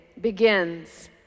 begins